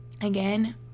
again